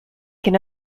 can